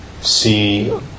see